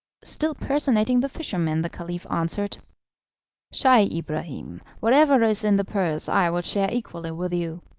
still personating the fisherman, the caliph answered scheih ibrahim, whatever is in the purse i will share equally with you,